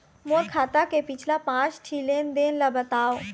मोर खाता के पिछला पांच ठी लेन देन ला बताव?